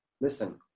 Listen